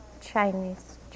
Chinese